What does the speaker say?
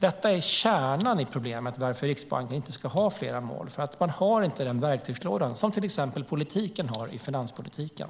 Detta är kärnan i problemet och anledningen till att Riksbanken inte ska ha fler mål. Man har inte den verktygslåda som till exempel politiken har i finanspolitiken.